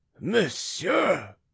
monsieur